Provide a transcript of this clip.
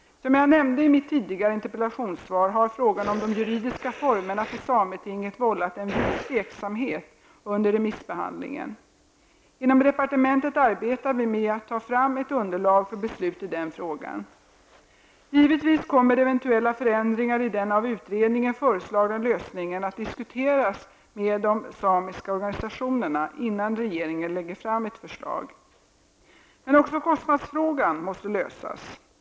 Som jag nämnde i mitt tidigare interpellationssvar har frågan om de juridiska formerna för sametinget vållat en viss tveksamhet under remissbehandlingen. Inom departementet arbetar vi med att ta fram ett underlag för beslut i den frågan. Givetvis kommer eventuella förändringar i den av utredningen föreslagna lösningen att diskuteras med de samiska organisationerna innan regeringen lägger fram ett förslag. Men också kostnadsfrågan måste lösas.